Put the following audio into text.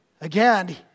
Again